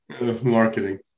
Marketing